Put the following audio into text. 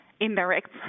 indirect